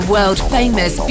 world-famous